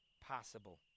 possible